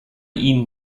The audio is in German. ihn